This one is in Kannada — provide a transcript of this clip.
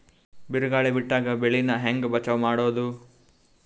ಬಿರುಗಾಳಿ ಬಿಟ್ಟಾಗ ಬೆಳಿ ನಾ ಹೆಂಗ ಬಚಾವ್ ಮಾಡೊದು?